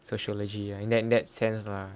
sociology in that that sense lah